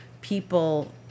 people